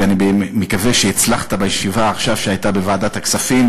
ואני מקווה שהצלחת בישיבה שהייתה עכשיו בוועדת הכספים